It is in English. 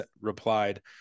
replied